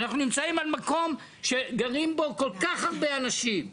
אנחנו נמצאים על מקום שגרים בו כל כך הרבה אנשים,